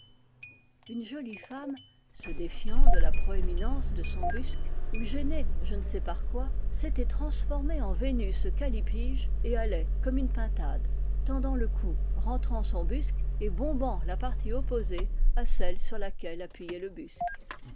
une jolie femme se défiant de la proéminence de son buse ou gênée je ne sais par quoi s'était transformée en vénus callipyge et allait comme une pintade tendant le cou rentrant son buse et bombant la partie opposée à celle sur laquelle appuyait le buse